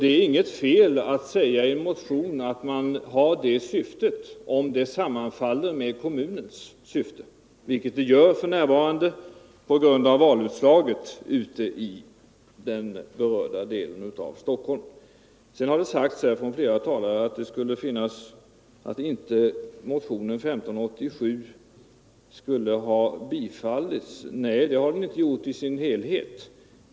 Det är väl inget fel att man i en motion säger att man har syftet att bevara marken för friluftsändamål, om det sammanfaller med kommunens syften, vilket det gör om vi ser till valutslaget i den berörda delen av Stockholmsområdet. Flera talare har sagt att motionen 1587 inte har tillstyrkts. Det är riktigt om man ser motionen som helhet.